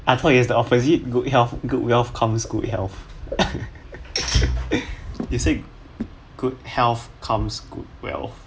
I thought is the opposite good health good wealth comes good health you said good health comes good wealth